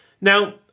Now